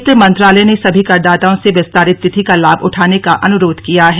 वित्त मंत्रालय ने सभी करदाताओं से यिस्तारित तिथि का लाभ उठाने का अनुरोध किया है